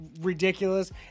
ridiculous